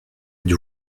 êtes